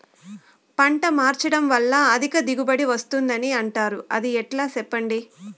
పంట మార్చడం వల్ల అధిక దిగుబడి వస్తుందని అంటారు అది ఎట్లా సెప్పండి